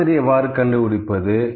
சராசரி எவ்வாறு கண்டுபிடிப்பது